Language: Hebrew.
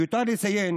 מיותר לציין